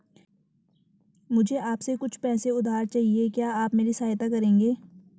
मुझे आपसे कुछ पैसे उधार चहिए, क्या आप मेरी सहायता करेंगे?